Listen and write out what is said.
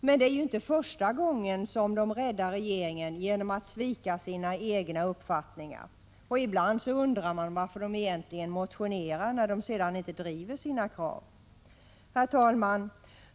Men det är ju inte första gången vpk-ledamöter räddar regeringen genom att svika sina egna uppfattningar. Ibland undrar man varför de egentligen motionerar när de sedan inte driver sina krav. Herr talman!